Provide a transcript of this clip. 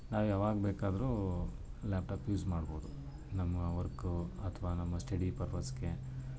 ನಾವು ಯವಾಗ ಬೇಕಾದರೂ ಲ್ಯಾಪ್ಟಾಪ್ ಯೂಸ್ ಮಾಡ್ಬೋದು ನಮ್ಮ ವರ್ಕು ಅಥ್ವಾ ನಮ್ಮ ಸ್ಟಡಿ ಪರ್ಪಸಿಗೆ